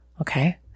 Okay